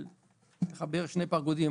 של חיבור שני פרגודים,